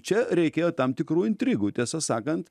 čia reikėjo tam tikrų intrigų tiesą sakant